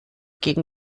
gegen